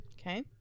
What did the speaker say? okay